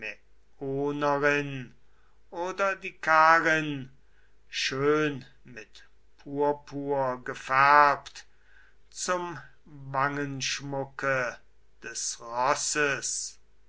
oder die karin schön mit purpur gefärbt zum wangenschmucke des rosses